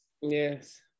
Yes